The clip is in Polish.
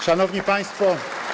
Szanowni Państwo!